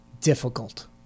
difficult